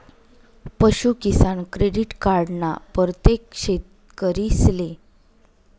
पशूकिसान credit card ना परतेक शेतकरीले फायदा व्हस